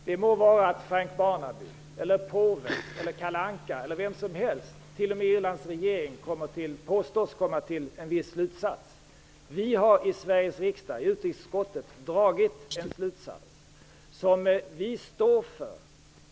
Herr talman! Jag anser att jag var ganska klar i mitt ställningstagande. Det må vara att Frank Barnaby, påven, Kalle Anka eller vem som helst -- t.o.m. Irlands regering -- kommer eller påstås komma till en viss slutsats. Vi har i utrikesutskottet i Sveriges riksdag dragit en slutsats som vi står för.